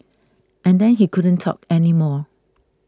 and then he couldn't talk anymore